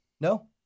No